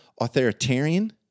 authoritarian